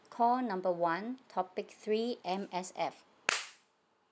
call number one topic three M_S_F